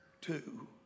two